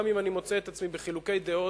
גם אם אני מוצא את עצמי בחילוקי דעות